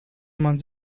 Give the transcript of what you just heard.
man